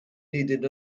needed